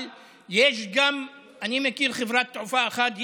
אבל אני מכיר חברת תעופה אחת,